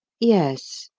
yes,